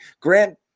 Grant